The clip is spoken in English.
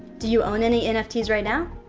do you own any and nfts right now?